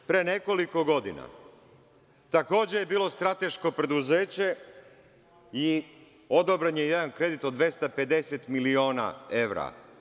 Pre nekoliko godina takođe je bilo strateško preduzeće i odobren je jedan kredit od 250 miliona evra.